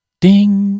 Ding